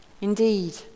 Indeed